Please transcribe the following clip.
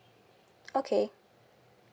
okay